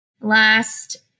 Last